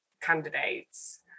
candidates